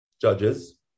judges